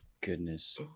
Goodness